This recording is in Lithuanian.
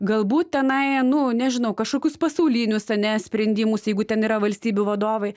galbūt tenai a nu nežinau kažkokius pasaulinius ane sprendimus jeigu ten yra valstybių vadovai